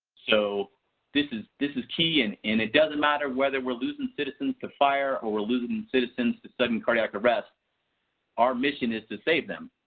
so this is this is key and it doesn't matter whether we are losing citizens to fire or losing citizens to sudden cardiac arrest our mission is to save them.